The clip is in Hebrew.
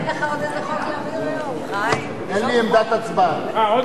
אין לי עמדת הצבעה.